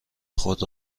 خود